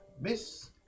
Miss